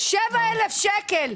המשכורת היא 7,000 שקלים.